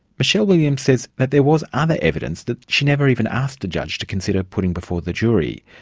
michele williams says that there was other evidence that she never even asked the judge to consider putting before the jury.